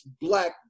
black